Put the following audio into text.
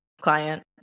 client